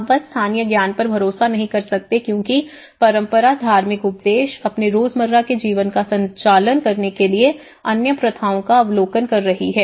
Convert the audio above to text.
अब बस स्थानीय ज्ञान पर भरोसा नहीं कर सकते क्योंकि परंपरा धार्मिक उपदेश अपने रोजमर्रा के जीवन का संचालन करने के लिए अन्य प्रथाओं का अवलोकन कर रही है